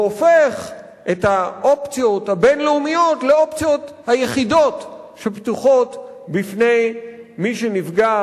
והופך את האופציות הבין-לאומיות לאופציות היחידות שפתוחות בפני מי שנפגע